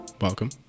welcome